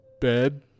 Bed